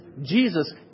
Jesus